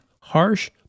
harsh